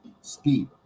Speed